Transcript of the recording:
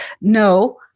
no